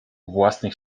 własnych